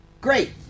great